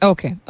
Okay